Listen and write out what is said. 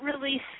release